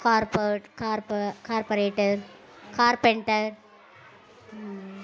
కార్ప కార్ప corporator carpenter